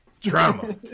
Drama